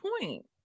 point